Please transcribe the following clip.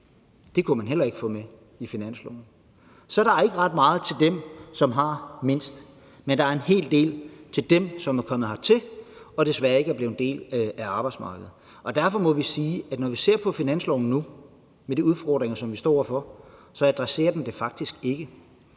Det kunne man heller ikke få med i finansloven. Så der er ikke ret meget til dem, som har mindst, men der er en hel del til dem, som er kommet hertil og desværre ikke er blevet en del arbejdsmarkedet, og derfor må vi sige, når vi nu ser på finansloven og de udfordringer, som vi står over for, at den så faktisk ikke